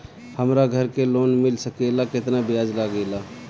हमरा घर के लोन मिल सकेला केतना ब्याज लागेला?